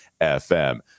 FM